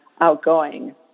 outgoing